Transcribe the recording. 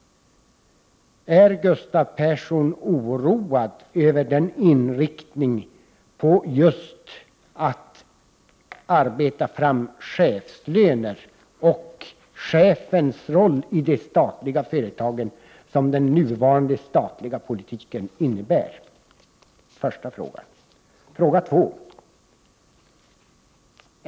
Är Gustav Persson oroad över den inriktning på att arbeta fram chefslöner och att betona chefens roll i det statliga företaget som den nuvarande statliga personalpolitiken innebär? 2.